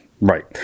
right